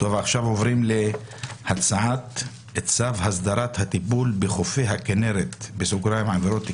הצבעה הצעת צו העיריות (עבירות קנס)